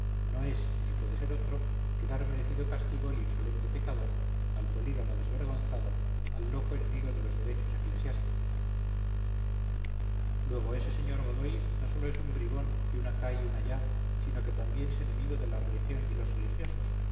no es ni puede ser otro que dar merecido castigo al insolente pecador al polígamo desvergonzado al loco enemigo de los derechos eclesiásticos luego ese sr godoy no sólo es un bribón y un acá y un allá sino que también es enemigo de la religión y los religiosos